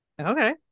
Okay